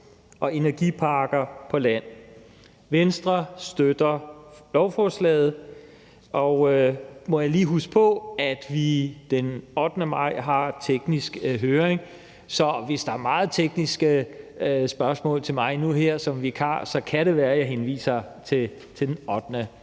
og energiparker på land. Venstre støtter lovforslaget. Og må jeg lige minde om, at vi den 8. maj har en teknisk høring, så hvis der er meget tekniske spørgsmål til mig nu her som vikar, kan det være, jeg henviser til den 8. maj.